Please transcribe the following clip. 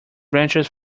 branches